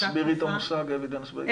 תסבירי את המושג evidence based.